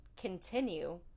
continue